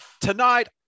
tonight